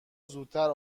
زودتر